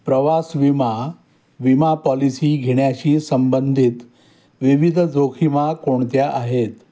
प्रवास विमा विमा पॉलिसी घेण्याशी संबंधित विविध जोखीमा कोणत्या आहेत